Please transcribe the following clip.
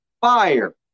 fire